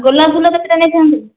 ଗୋଲାପ ଫୁଲ କେତେଟା ନେଇଯାନ୍ତୁ